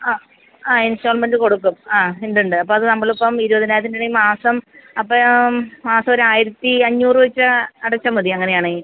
ആ ആ ഇൻസ്റ്റോൾമെൻറ്റ് കൊടുക്കും ആ ഉണ്ട് ഉണ്ട് അപ്പോൾ അത് നമ്മൾ ഇപ്പം ഇരുപത്തിനായിരത്തിൻ്റെ ആണേ മാസം അപ്പം മാസം ഒരു ആയിരത്തിയഞ്ഞൂറ് വെച്ച് അടച്ചാൽ മതി അങ്ങനെയാണെങ്കിൽ